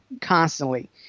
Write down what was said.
constantly